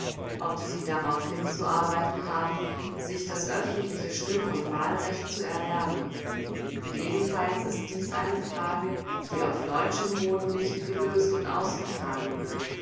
ob sie darauf hinzuarbeiten haben sich das öffentliche stimm und wahlrecht zu erwerben jedenfalls ist dies eine frage die auf deutschem boden nicht gelöst und ausgetragen wird